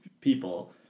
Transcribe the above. people